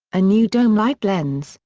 a new dome light lens,